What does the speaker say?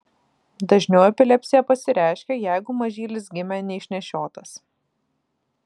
dažniau epilepsija pasireiškia jeigu mažylis gimė neišnešiotas